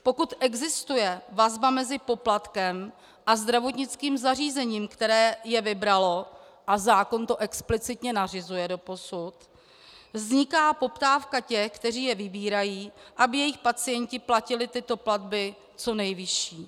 Pokud existuje vazba mezi poplatkem a zdravotnickým zařízením, které je vybralo, a zákon to explicitně doposud nařizuje, vzniká poptávka těch, kteří je vybírají, aby jejich pacienti platili tyto platby co nejvyšší.